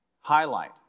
highlight